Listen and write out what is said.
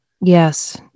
Yes